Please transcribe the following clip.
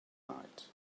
night